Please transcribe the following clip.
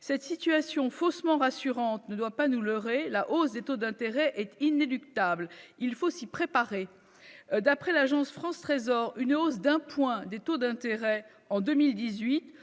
cette situation faussement rassurante ne doit pas nous leurrer la hausse des taux d'intérêt est inéluctable, il faut s'y préparer, d'après l'Agence France Trésor, une hausse d'un point des taux d'intérêt en 2018